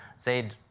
said,